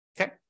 Okay